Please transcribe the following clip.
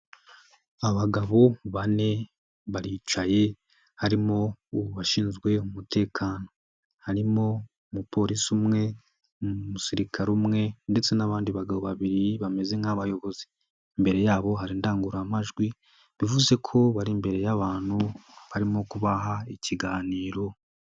Abagabo bane baricaye harimo abashinzwe umutekano, harimo umupolisi umwe, umusirikare umwe ndetse n'abandi bagabo babiri bameze nk'abayobozi. Imbere yabo hari indangururamajwi, bivuze ko bari imbere y'abantu barimo kubaha ikiganiro.